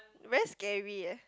very scary eh